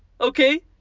okay